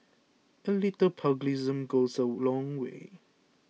a little pugilism goes a long way